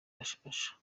bashasha